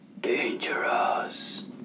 dangerous